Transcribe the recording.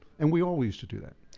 and we all used to do that.